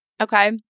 Okay